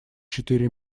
четыре